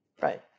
Right